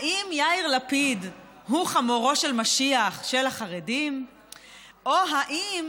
האם יאיר לפיד הוא חמורו של משיח של החרדים או האם